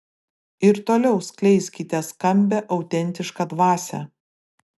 ir toliau skleiskite skambią autentišką dvasią